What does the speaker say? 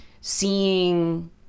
seeing